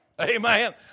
Amen